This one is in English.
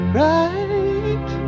right